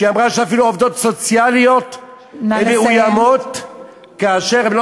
היא אמרה אפילו שעובדות סוציאליות מאוימות כאשר הן לא